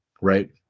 right